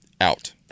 Out